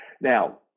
now